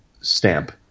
stamp